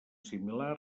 similar